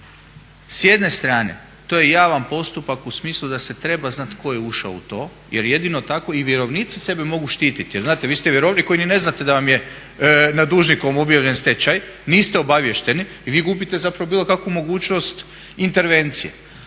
s jedne strane to je javan postupak u smislu da se treba znati tko je ušao u to jer jedino tako i vjerovnici sebe mogu štititi. Jer znate, vi ste vjerovnik koji ni ne znate da vam je nad dužnikom objavljen stečaj, niste obaviješteni i vi gubite zapravo bilo kakvu mogućnost intervencije.